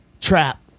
trap